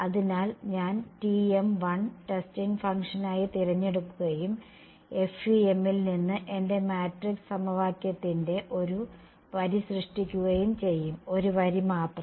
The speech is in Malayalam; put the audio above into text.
അതിനാൽ ഞാൻ Tm1 ടെസ്റ്റിംഗ് ഫംഗ്ഷനായി തിരഞ്ഞെടുക്കുകയും FEM ൽ നിന്ന് എന്റെ മാട്രിക്സ് സമവാക്യത്തിന്റെ ഒരു വരി സൃഷ്ടിക്കുകയും ചെയ്യും ഒരു വരി മാത്രം